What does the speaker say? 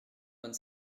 donne